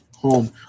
home